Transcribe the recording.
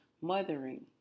mothering